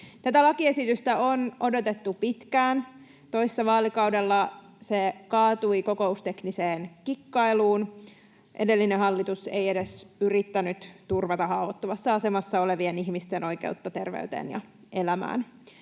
Tätä lakiesitystä on odotettu pitkään. Toissa vaalikaudella se kaatui kokoustekniseen kikkailuun, edellinen hallitus ei edes yrittänyt turvata haavoittuvassa asemassa olevien ihmisten oikeutta terveyteen ja elämään.